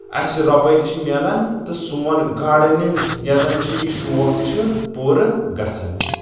اَسہِ رۄپاے تہِ چھِ میلان تہٕ سون گاڈنِنٛگ یۄس زَن چھِ یہِ شوق تہِ چھُ پوٗرٕ گژھان